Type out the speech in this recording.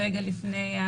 עורכת דין טל פוקס ממשרד